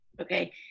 Okay